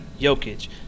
Jokic